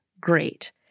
great